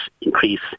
increase